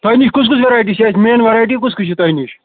تۄہہِ نِش کُس کُس ویٚرایٹی اَتہِ مین ویٚرایٹی کُس کُس چھِ تۄہہِ نِش